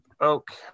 Okay